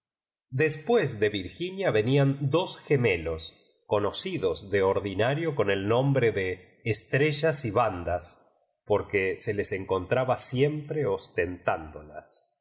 después de virginia venían dos gemelos conocidos de ordinario con el nombre de es trellas y bandas porque se les encontraba siempre